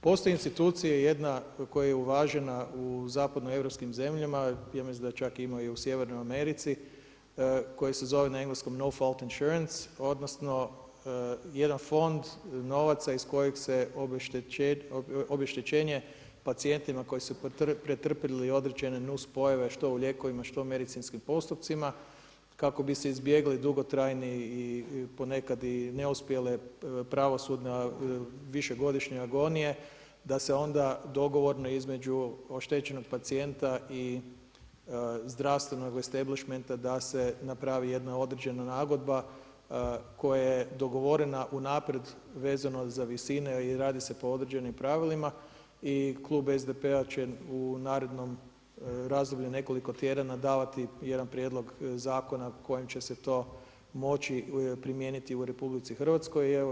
Postoje institucije jedna važna koja je uvažena u zapadnoeuropskim zemljama, ja mislim da je čak ima i u Sjevernoj Americi, koje se zove na engleskom … odnosno, jedan fond novaca iz kojeg se obeštećenje pacijentima koji su pretrpili određene nuspojave što u lijekovima, što u medicinskim postupcima, kako bi se izbjegli dugotrajni po nekad i neuspjele pravosudne višegodišnje agonije, da se onda dogovorno između oštećenog pacijenta i zdravstvenog establišmenta napravi jedna određena nagodba koja je dogovorena unaprijed vezano za visine i radi se po određenim pravilima i Klub SDP-a će u narednom razdoblju nekoliko tjedana, davati jedan prijedlog zakona kojim će se to moći primijeniti u Republici Hrvatskoj.